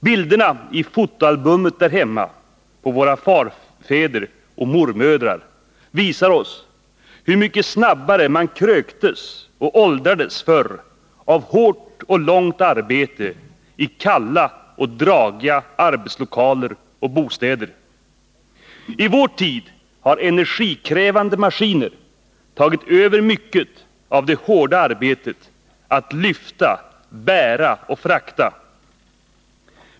Bilderna i fotoalbumet där hemma på våra farfäder och mormödrar visar oss hur mycket snabbare man kröktes och åldrades förr av hårt och långt arbete i kalla och dragiga arbetslokaler och bostäder. I vår tid har energikrävande maskiner tagit över mycket av det hårda arbetet att lyfta, bära och frakta.